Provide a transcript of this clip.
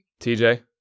TJ